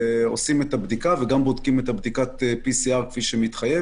עושים את הבדיקה וגם בודקים את בדיקת ה-PCR כפי שמתחייב.